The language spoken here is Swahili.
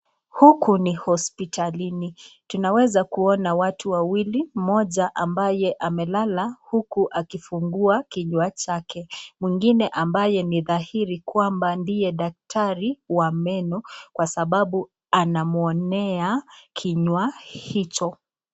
Huku ni hospitalini tunaweza kuona watu wawili, mmoja ambaye amelala uku akifungua kinywa chake, mwingine ambaye ni dhairi kwamba ndiye daktari wa meno kwa sababu anamwonea kinywa hicho.